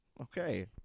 Okay